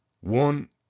One